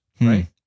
right